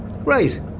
Right